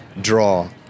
draw